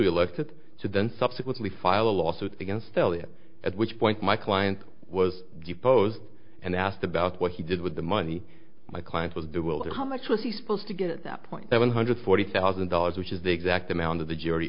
elected to then subsequently file a lawsuit against phillip at which point my client was deposed and asked about what he did with the money my client was the world how much was he supposed to get at that point seven hundred forty thousand dollars which is the exact amount of the jury